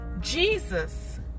Jesus